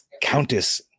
Countess